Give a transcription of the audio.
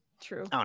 True